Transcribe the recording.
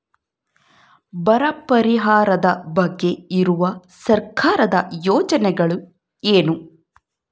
ಬರ ಪರಿಹಾರದ ಬಗ್ಗೆ ಇರುವ ಸರ್ಕಾರದ ಯೋಜನೆಗಳು ಏನು?